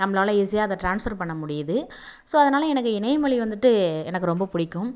நம்மளால் ஈஸியாக அதை ட்ரான்ஸ்ஃபர் பண்ண முடியிது ஸோ அதனால் எனக்கு இணையம் வழி வந்துட்டு எனக்கு ரொம்ப பிடிக்கும்